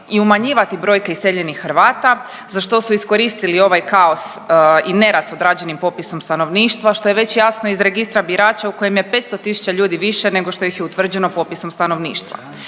i umanjivati brojke iseljenih Hrvata za što su iskoristili ovaj kaos i nerad s odrađenim popisom stanovništva, što je već jasno iz Registra birača u kojem je 500 tisuća ljudi više nego što ih je utvrđeno popisom stanovništva.